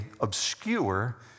obscure